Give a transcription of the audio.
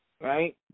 right